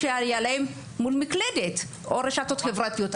שהיה להם הוא מול המקלדת או הרשתות החברתיות.